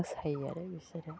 मोसायो आरो बिसोरो